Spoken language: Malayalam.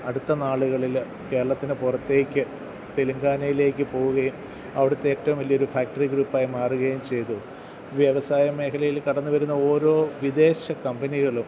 അടുത്ത നാളുകളിൽ കേരളത്തിന് പുറത്തേക്ക് തെലുങ്കാനയിലേക്ക് പോകുകയും അവിടുത്തെ ഏറ്റവും വലിയൊരു ഫാക്ടറി ഗ്രൂപ്പായി മാറുകയും ചെയ്തു വ്യവസായമേഖലയിൽ കടന്നുവരുന്ന ഓരോ വിദേശ കമ്പനികളും